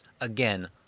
again